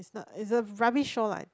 it's a rubbish show like